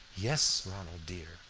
yes, ronald dear,